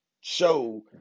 show